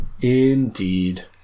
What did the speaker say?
Indeed